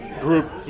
group